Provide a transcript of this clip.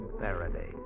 Faraday